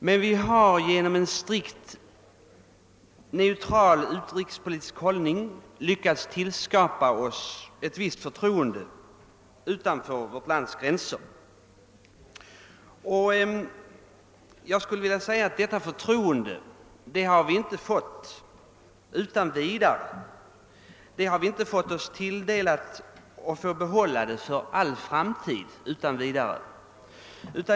Men vi har genom en strikt neutral utrikespolitisk hållning lyckats skapa ett visst förtroende för oss utomlands. Detta har vi inte fått för att utan vidare behålla för all framtid.